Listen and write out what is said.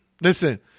Listen